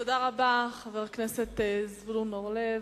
תודה רבה, חבר הכנסת זבולון אורלב.